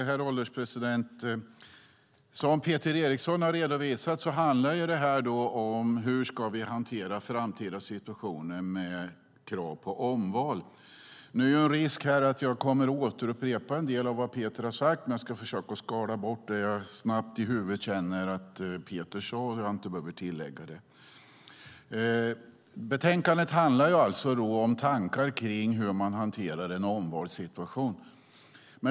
Herr ålderspresident! Som Peter Eriksson har redovisat handlar detta om hur vi ska hantera framtida situationer med krav på omval. Det finns en risk för att jag kommer att upprepa en del av vad Peter har sagt, men jag ska försöka skala bort det som jag snabbt i huvudet känner att Peter sade och som jag inte behöver tillägga. Betänkandet handlar om tankar på hur man hanterar en omvalssituation.